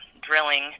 drilling